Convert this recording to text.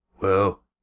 Well